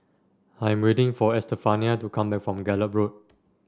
I am waiting for Estefania to come back from Gallop Road